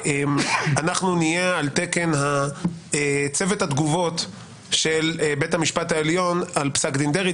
אנחנו נהיה על תקן צוות התגובות של בית המשפט העליון על פסק דין דרעי.